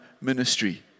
ministry